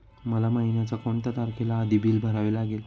मला महिन्याचा कोणत्या तारखेच्या आधी बिल भरावे लागेल?